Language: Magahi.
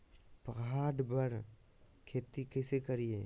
पहाड़ पर खेती कैसे करीये?